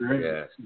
yes